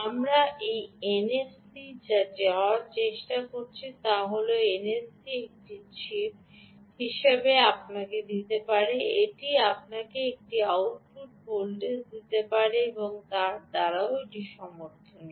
আমরা এই এনএফসিটিতে যা করার চেষ্টা করি তা হল এনএফসি এটির একটি চিপ হিসাবে আপনাকে দিতে পারে এটি আপনাকে একটি আউটপুট ভোল্টেজ দিতে পারে তা দ্বারাও এটি সমর্থন করে